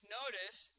notice